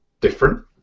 different